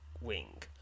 wing